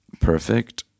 perfect